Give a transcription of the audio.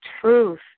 truth